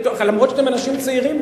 גם אם אתם אנשים צעירים,